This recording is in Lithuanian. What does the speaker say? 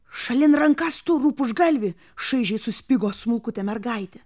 šalin rankas tu rūpužgalvi šaižiai suspigo smulkutė mergaitė